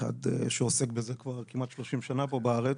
כאחד שעוסק בזה כמעט 30 שנה פה בארץ,